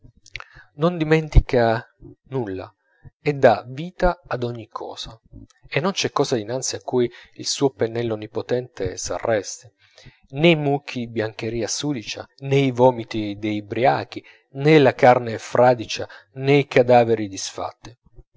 non dimentica nulla e dà vita ad ogni cosa e non c'è cosa dinanzi a cui il suo pennello onnipotente s'arresti nè i mucchi di biancheria sudicia nè i vomiti dei briachi nè la carne fradicia nè i cadaveri disfatti